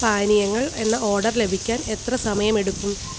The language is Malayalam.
പാനീയങ്ങൾ എന്ന ഓഡർ ലഭിക്കാൻ എത്ര സമയം എടുക്കും